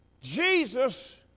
Jesus